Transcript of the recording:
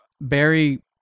Barry